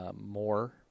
more